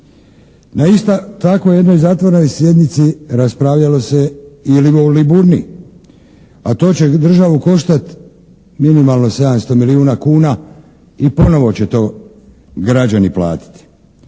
Na istoj takvoj jednoj zatvorenoj sjednici raspravljalo se i o "Liburniji", a to će državu koštati minimalno 700 milijuna kuna i ponovo će to građani platiti.